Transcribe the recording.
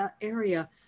area